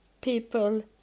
people